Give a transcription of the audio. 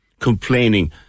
complaining